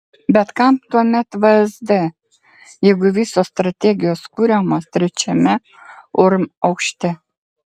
bet kam tuomet vsd jeigu visos strategijos kuriamos trečiame urm aukšte